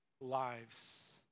lives